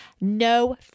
No